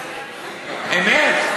אמת?